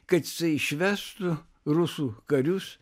kad jisai išvestų rusų karius